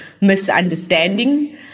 misunderstanding